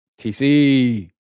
TC